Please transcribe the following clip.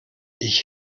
ich